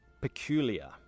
peculiar